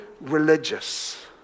religious